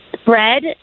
spread